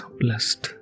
blessed